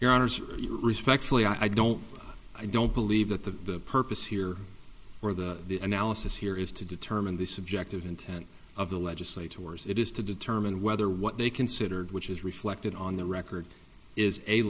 your honors are respectfully i don't i don't believe that the purpose here or the analysis here is to determine the subjective intent of the legislators it is to determine whether what they considered which is reflected on the record is a